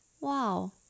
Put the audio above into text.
wow